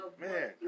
man